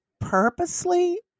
purposely